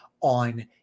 on